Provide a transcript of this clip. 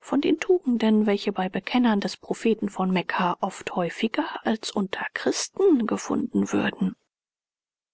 von den tugenden welche bei bekennern des propheten von mekka oft häufiger als unter christen gefunden würden